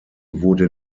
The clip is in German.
wurde